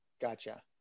Gotcha